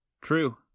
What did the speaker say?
True